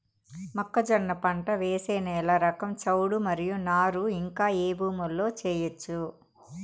మొక్కజొన్న పంట వేసే నేల రకం చౌడు మరియు నారు ఇంకా ఏ భూముల్లో చేయొచ్చు?